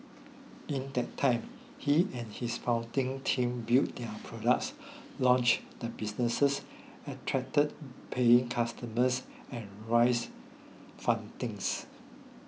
in that time he and his founding team built their products launched the businesses attracted paying customers and raised fundings